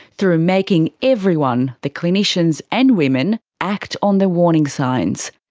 through making everyone the clinicians and women act on the warning signs.